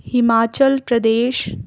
Himachal Pradesh